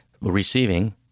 receiving